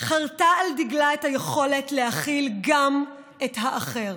חרתה על דגלה את היכולת להכיל גם את האחר.